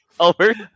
Albert